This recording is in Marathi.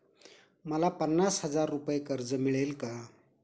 मला पन्नास हजार रुपये कर्ज मिळेल का?